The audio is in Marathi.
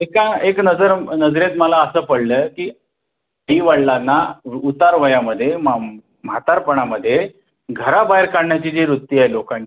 एका एक नजर नजरेत मला असं पडलं की आई वडलांना वृ उतार वयामध्ये मं म्हातारपणामध्ये घराबाहेर काढण्याची जी वृत्ती आहे लोकांची